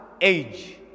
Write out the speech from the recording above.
age